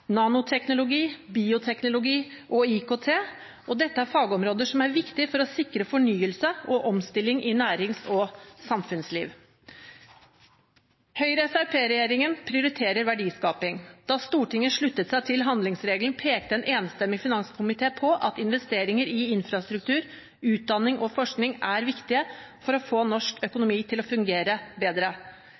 nanoteknologi, bioteknologi og IKT. Dette er fagområder som er viktige for å sikre fornyelse og omstilling i nærings- og samfunnsliv. Høyre–Fremskrittsparti-regjeringen prioriterer verdiskaping. Da Stortinget sluttet seg til handlingsregelen, pekte en enstemmig finanskomité på at investeringer i infrastruktur, utdanning og forskning er viktig for å få norsk økonomi til å fungere bedre.